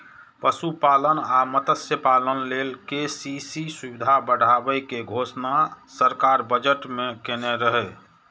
पशुपालन आ मत्स्यपालन लेल के.सी.सी सुविधा बढ़ाबै के घोषणा सरकार बजट मे केने रहै